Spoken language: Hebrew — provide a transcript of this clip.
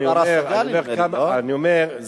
אני אומר,